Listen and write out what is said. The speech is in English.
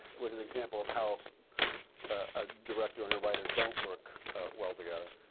it was an example of how a director and a writer don't work well together,